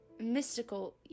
mystical